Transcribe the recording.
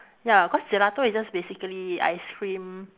ya cause gelato is just basically ice cream